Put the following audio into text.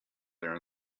there